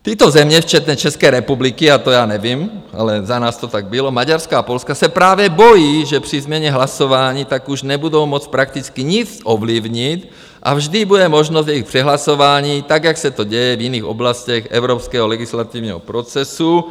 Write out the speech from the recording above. Tyto země, včetně České republiky a to já nevím, ale za nás to tak bylo Maďarska a Polska se právě bojí, že při změně hlasování tak už nebudou moct prakticky nic ovlivnit a vždy bude možnost jejich přehlasování tak, jak se to děje v jiných oblastech evropského legislativního procesu.